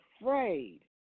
afraid